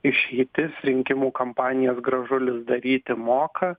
išeitis rinkimų kampanijas gražulis daryti moka